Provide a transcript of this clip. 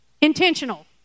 Intentional